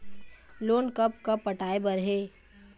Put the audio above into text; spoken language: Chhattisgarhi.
लोन कब कब पटाए बर हे?